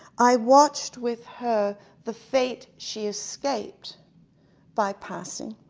i watched with her the fate she escaped by passing.